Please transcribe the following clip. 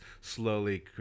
slowly